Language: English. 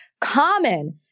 common